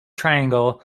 triangle